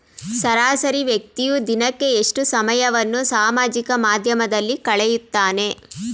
ಸರಾಸರಿ ವ್ಯಕ್ತಿಯು ದಿನಕ್ಕೆ ಎಷ್ಟು ಸಮಯವನ್ನು ಸಾಮಾಜಿಕ ಮಾಧ್ಯಮದಲ್ಲಿ ಕಳೆಯುತ್ತಾನೆ?